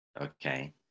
Okay